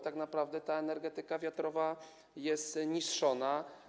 Tak naprawdę energetyka wiatrowa jest niszczona.